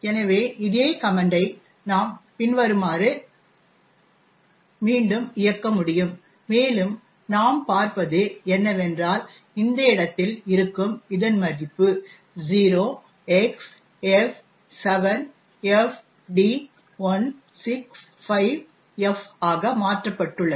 எனவே இதே கமன்ட்யை நாம் பின்வருமாறு மீண்டும் இயக்க முடியும் மேலும் நாம் பார்ப்பது என்னவென்றால் இந்த இடத்தில் இருக்கும் இந்த மதிப்பு 0xF7FD165F ஆக மாற்றப்பட்டுள்ளது